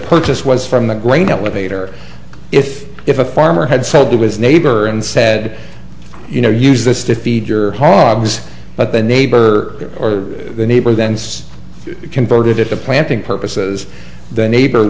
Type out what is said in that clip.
purchase was from the grain elevator if if a farmer had said to his neighbor and said you know use this to feed your hobbes but the neighbor or the neighbor then converted it to planting purposes the neighbors